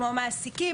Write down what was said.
כמו מעסיקים,